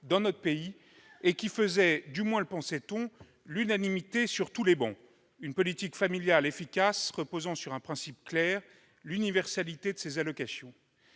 dans notre pays et qui faisait, du moins le pensait-on, l'unanimité sur toutes les travées : une politique familiale efficace reposant sur un principe clair, celui de l'universalité de ses allocations.